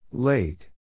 Late